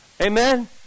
Amen